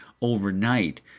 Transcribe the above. overnight